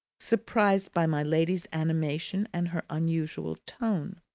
surprised by my lady's animation and her unusual tone.